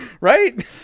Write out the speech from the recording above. Right